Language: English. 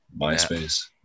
MySpace